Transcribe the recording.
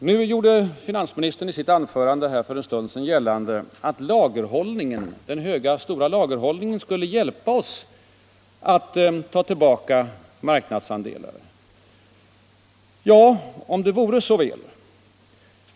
Nu gjorde finansministern i sitt anförande för en stund sedan gällande att den stora lagerhållningen skall hjälpa oss att ta tillbaka marknadsandelar. Ja, om det vore så väl.